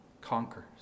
conquers